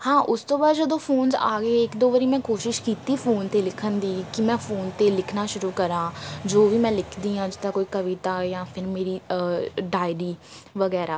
ਹਾਂ ਉਸ ਤੋਂ ਬਾਅਦ ਜਦੋਂ ਫੋਨਸ ਆ ਗਏ ਇੱਕ ਦੋ ਵਾਰੀ ਮੈਂ ਕੋਸ਼ਿਸ਼ ਕੀਤੀ ਫੋਨ 'ਤੇ ਲਿਖਣ ਦੀ ਕਿ ਮੈਂ ਫੋਨ 'ਤੇ ਲਿਖਣਾ ਸ਼ੁਰੂ ਕਰਾਂ ਜੋ ਵੀ ਮੈਂ ਲਿਖਦੀ ਹਾਂ ਜਿੱਦਾਂ ਕੋਈ ਕਵਿਤਾ ਜਾਂ ਫਿਰ ਮੇਰੀ ਡਾਇਰੀ ਵਗੈਰਾ